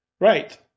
right